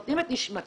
נותנים את נשמתם,